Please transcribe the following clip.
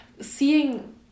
seeing